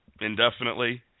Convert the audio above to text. indefinitely